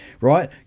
right